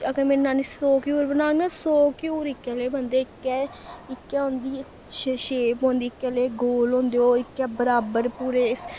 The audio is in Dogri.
ते अगर मेरी नानी सौ घ्यूर बनाग ना सौ घ्यूर इक्कै ले बनदे इक्कै इक्कै उं'दी श शेप होंदी इक्को ले गोल होंदे ओह् इक्के बराबर पूरे